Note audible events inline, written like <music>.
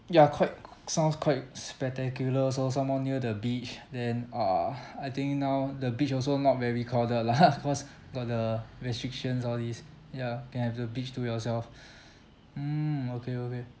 ya quite sounds quite spectacular also some more near the beach then uh I think now the beach also not very crowded <laughs> lah cause got the restrictions all this ya you have the beach to yourself mm okay okay